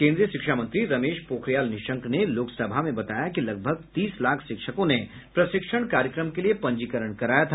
केन्द्रीय शिक्षा मंत्री रमेश पोखरियाल निशंक ने लोकसभा में बताया कि लगभग तीस लाख शिक्षकों ने प्रशिक्षण कार्यक्रम के लिए पंजीकरण कराया था